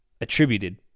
attributed